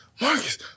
Marcus